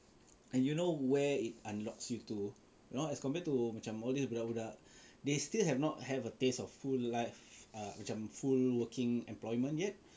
and you know where it unlocks you to you know as compared to macam all these budak budak they still have not have a taste of full life macam full working employment yet